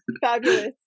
Fabulous